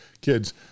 kids